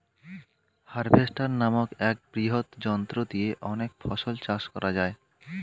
harvester নামক এক বৃহৎ যন্ত্র দিয়ে অনেক ফসল চাষ করা যায়